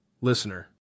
Listener